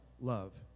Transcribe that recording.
love